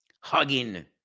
hugging